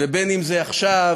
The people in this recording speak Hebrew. בין אם זה עכשיו,